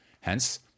Hence